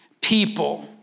people